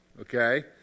Okay